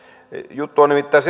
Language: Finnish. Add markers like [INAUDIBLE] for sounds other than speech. juttu on nimittäin [UNINTELLIGIBLE]